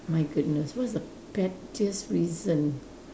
my goodness what is the pettiest reason